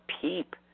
peep